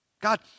God